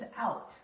out